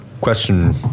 Question